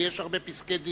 ויש הרבה פסקי-דין: